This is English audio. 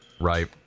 right